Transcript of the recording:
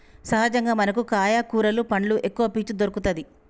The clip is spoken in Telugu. సహజంగా మనకు కాయ కూరలు పండ్లు ఎక్కవ పీచు దొరుకతది